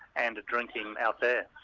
and are drinking out there.